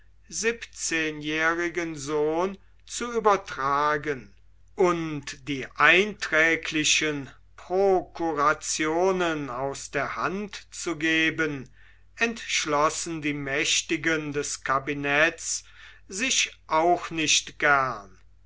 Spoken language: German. siebzehnjährigen sohn zu übertragen und die einträglichen prokurationen aus der hand zu geben entschlossen die mächtigen des kabinetts sich auch nicht gern